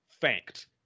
fact